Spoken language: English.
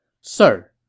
Sir